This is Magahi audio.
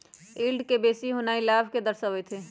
यील्ड के बेशी होनाइ लाभ के दरश्बइत हइ